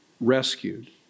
rescued